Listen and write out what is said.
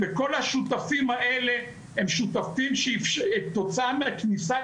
וכל השותפים האלה הם שותפים שכתוצאה מהכניסה